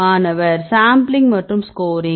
மாணவர் சாம்பிளிங் மற்றும் ஸ்கோரிங்